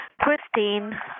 Christine